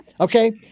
okay